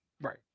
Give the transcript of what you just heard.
Right